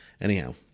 Anyhow